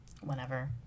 whenever